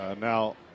Now